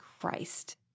Christ